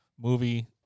movie